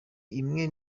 imwe